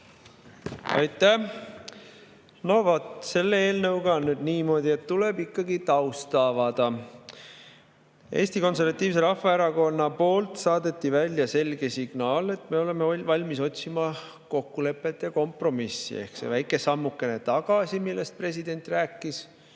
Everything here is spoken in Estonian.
Aitäh! No selle eelnõuga on nüüd niimoodi, et tuleb ikkagi tausta avada. Eesti Konservatiivse Rahvaerakonna poolt saadeti välja selge signaal, et me oleme valmis otsima kokkulepet ja kompromissi. Ehk see väike sammukene tagasi, millest president rääkis